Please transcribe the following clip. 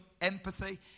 empathy